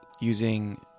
using